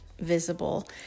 visible